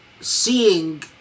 seeing